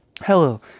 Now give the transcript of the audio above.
Hello